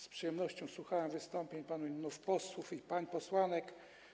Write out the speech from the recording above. Z przyjemnością słuchałem wystąpień panów posłów i pań posłanek.